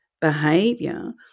behavior